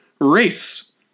race